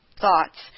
thoughts